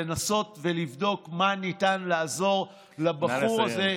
לנסות לבדוק במה ניתן לעזור לבחור הזה,